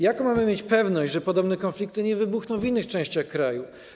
Jaką mamy mieć pewność, że podobne konflikty nie wybuchną w innych częściach kraju?